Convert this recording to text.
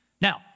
Now